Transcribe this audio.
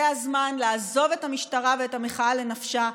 זה הזמן לעזוב את המשטרה ואת המחאה לנפשה.